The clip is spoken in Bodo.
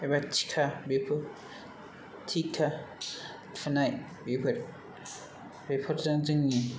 एबा टिका बेफोर टिका थुनाय बेफोर बेफोरजों जोंनि